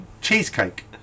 Cheesecake